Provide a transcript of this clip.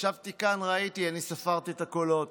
ישבתי כאן, אני ראיתי, אני ספרתי את הקולות,